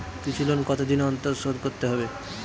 কৃষি লোন কতদিন অন্তর শোধ করতে হবে?